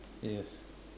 yes